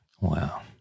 Wow